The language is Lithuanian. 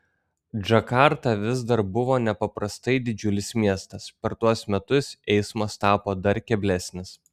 džakarta vis dar buvo nepaprastai didžiulis miestas per tuos metus eismas tapo dar keblesnis